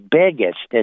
biggest